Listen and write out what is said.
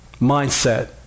mindset